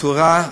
תאורה וברזיות,